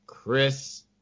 Chris